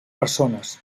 persones